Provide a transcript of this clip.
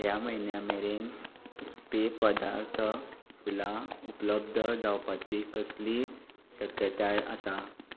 ह्या म्हयन्या मेरेन पेय पदार्थ फुलां उपलब्द जावपाची कसलीय शक्यताय आसा